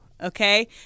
Okay